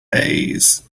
days